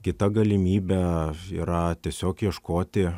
kita galimybė yra tiesiog ieškoti